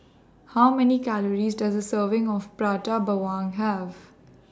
How Many Calories Does A Serving of Prata Bawang Have